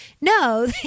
No